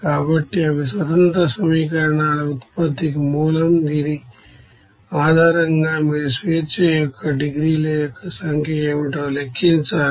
కాబట్టి ఇవి independent equation ఉత్పత్తికి మూలం దీని ఆధారంగా మీరు డిగ్రీస్ అఫ్ ఫ్రీడమ్ సంఖ్య ఏమిటో లెక్కించాలి